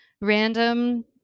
random